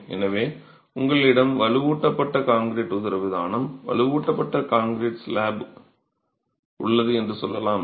எனவே உங்களிடம் வலுவூட்டப்பட்ட கான்கிரீட் உதரவிதானம் வலுவூட்டப்பட்ட கான்கிரீட் ஸ்லாப் உள்ளது என்று சொல்லலாம்